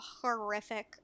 horrific